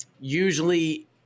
Usually